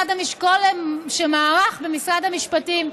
שמערך במשרד המשפטים,